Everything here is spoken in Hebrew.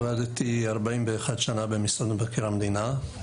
עבדתי 41 שנה במשרד מבקר המדינה.